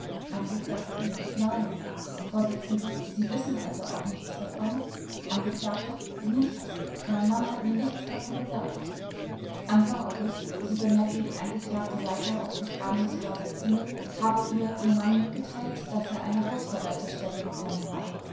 angekl nein vors sie wissen also auch nichts davon angeklagte nichts mein mann hat mir nichts davon gesagt anfang august so bemerkte die angeklagte weiter auf befragen des vorsitzenden habe ihr ihr mann mitgeteilt daß er eine hausverwalterstelle bekommen habe